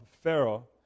Pharaoh